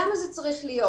למה זה צריך להיות?